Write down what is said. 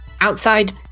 Outside